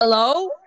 hello